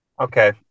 Okay